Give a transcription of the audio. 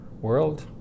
world